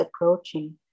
approaching